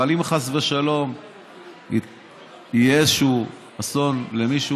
אבל אם חס ושלום יהיה איזשהו אסון למישהו